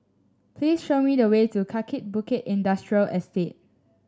please show me the way to Kaki Bukit Industrial Estate